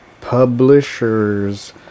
publisher's